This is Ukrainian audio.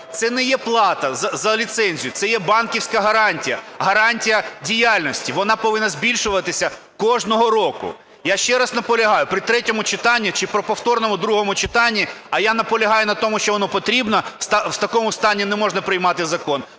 Це не є плата за ліцензію, це є банківська гарантія, гарантія діяльності. Вона повинна збільшуватися кожного року. Я ще раз наполягаю, при третьому читанні чи при повторному другому читанні, а я наполягаю на тому, що воно потрібно, в такому стані не можна приймати закон.